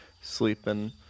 sleeping